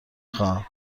خواهم